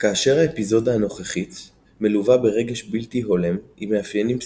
כאשר האפיזודה הנוכחית מלווה ברגש בלתי הולם עם מאפיינים פסיכוטיים,